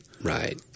Right